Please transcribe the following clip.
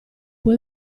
può